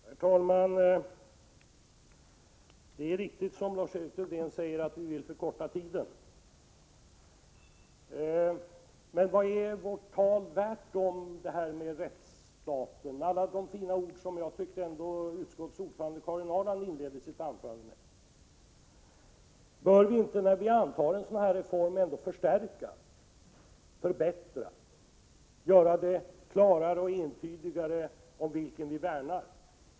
Herr talman! Det är riktigt som Lars-Erik Lövdén säger, att vi vill förkorta tidsfristen. Men vad är vårt tal om rättsstaten värt — alla de fina ord som utskottets ordförande Karin Ahrland inledde sitt anförande med? Bör vi ändå inte, när vi antar en sådan här reform, förstärka och förbättra rättssäkerheten, ange klarare och entydigare vem vi värnar om?